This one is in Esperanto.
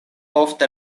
ofte